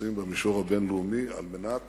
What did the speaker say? עושים במישור הבין-לאומי, על מנת